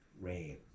Rain